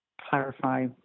clarify